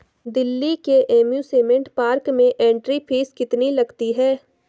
दिल्ली के amusement park में entry fee कितनी लगती है?